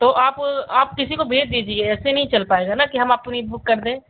तो आप आप किसी को भेज दीजिए ऐसे नहीं चल पाएगा ना कि हम अपनी बुक कर दें